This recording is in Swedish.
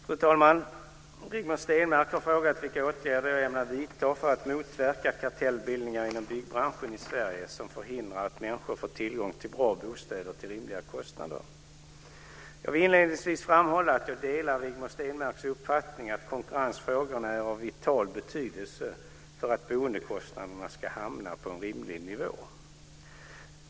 Fru talman! Rigmor Stenmark har frågat vilka åtgärder jag ämnar vidta för att motverka kartellbildningar inom byggbranschen i Sverige som förhindrar att människor får tillgång till bra bostäder till rimliga kostnader. Jag vill inledningsvis framhålla att jag delar Rigmor Stenmarks uppfattning att konkurrensfrågorna är av vital betydelse för att boendekostnaderna ska hamna på en rimlig nivå.